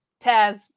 taz